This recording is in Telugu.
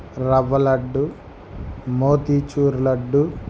రవ్వ లడ్డు మోతిచూర్ లడ్డు